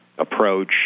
Approach